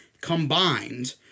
combined